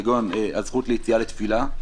כגון הזכות ליציאה לתפילה,